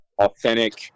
authentic